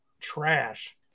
trash